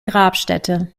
grabstätte